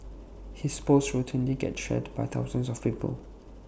his posts routinely get shared by thousands of people